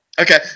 Okay